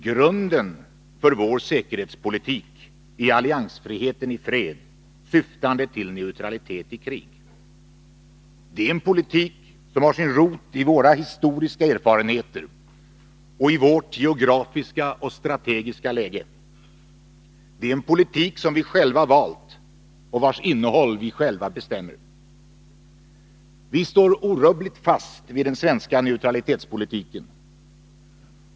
Grunden för vår säkerhetspolitik är alliansfriheten i fred, syftande till neutralitet i krig. Det är en politik som har sin rot i våra historiska erfarenheter och i vårt geografiska och strategiska läge. Det är en politik som vi själva valt och vars innehåll vi själva bestämmer. Vi står orubbligt fast vid den svenska neutralitetspolitiken.